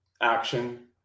action